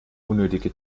unnötige